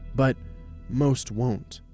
but most won't.